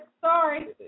Sorry